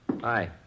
Hi